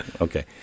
Okay